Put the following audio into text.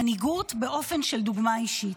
מנהיגות באופן של דוגמה אישית.